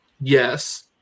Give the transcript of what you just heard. yes